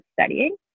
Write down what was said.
studying